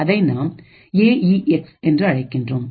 அதை நாம் A E X என்று அழைக்கின்றோம்